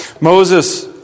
Moses